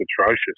atrocious